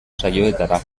saioetara